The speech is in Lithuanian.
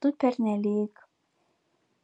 tu pernelyg